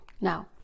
now